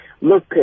Look